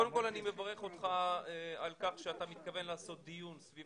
מברך אותך על כך שאתה מתכוון לקיים דיון סביב